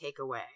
takeaway